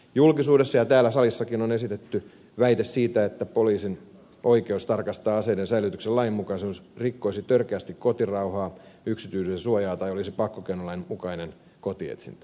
julkisuudessa ja täällä salissakin on esitetty väite siitä että poliisin oikeus tarkastaa aseiden säilytyksen lainmukaisuus rikkoisi törkeästi kotirauhaa yksityisyyden suojaa tai olisi pakkokeinolain mukainen kotietsintä